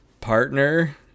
partner